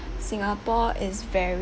singapore is very